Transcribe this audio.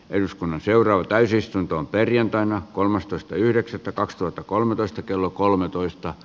eduskunnan seuraava täysistuntoon perjantaina kolmastoista yhdeksättä kaksituhattakolmetoista kello kolmetoista